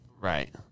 Right